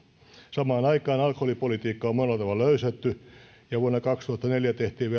samaan aikaan alkoholipolitiikkaa on monella tavalla löysätty ja vuonna kaksituhattaneljä tehtiin